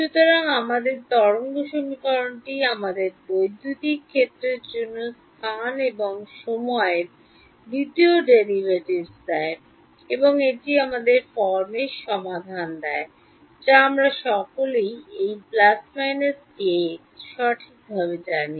সুতরাং আমাদের তরঙ্গ সমীকরণটি আমাদেরকে বৈদ্যুতিক ক্ষেত্রের জন্য স্থান এবং সময়ের দ্বিতীয় ডেরাইভেটিভস দেয় এবং এটি আমাদের ফর্মের সমাধান দেয় যা আমরা সকলেই এই ± kx সঠিকভাবে জানি